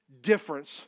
difference